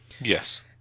Yes